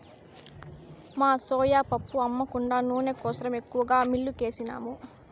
మా సోయా పప్పు అమ్మ కుండా నూనె కోసరం ఎక్కువగా మిల్లుకేసినాము